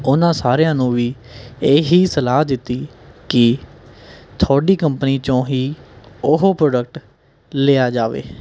ਉਨ੍ਹਾਂ ਸਾਰਿਆਂ ਨੂੰ ਵੀ ਇਹ ਹੀ ਸਲਾਹ ਦਿੱਤੀ ਕਿ ਤੁਹਾਡੀ ਕੰਪਨੀ 'ਚੋਂ ਹੀ ਉਹ ਪ੍ਰੋਡਕਟ ਲਿਆ ਜਾਵੇ